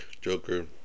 Joker